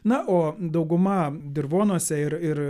na o dauguma dirvonuose ir ir